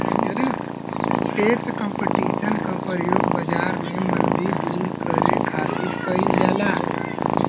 tax competition क प्रयोग बाजार में मंदी दूर करे खातिर कइल जाला